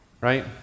Right